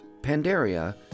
Pandaria